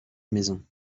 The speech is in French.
maison